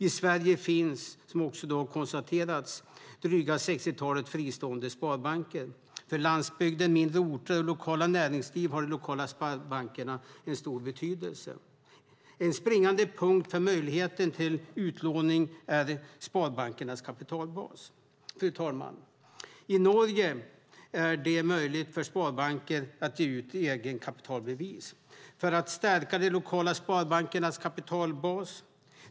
I Sverige finns, som också har konstaterats, drygt ett sextiotal fristående sparbanker. För landsbygden, mindre orter och lokala näringsliv har de lokala sparbankerna stor betydelse. En springande punkt för möjligheten till utlåning är sparbankernas kapitalbas. Fru talman! I Norge är det möjligt för sparbanken att ge ut egenkapitalbevis för att stärka de lokala sparbankernas kapitalbas.